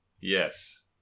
Yes